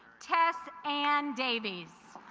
test and davies